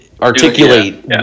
articulate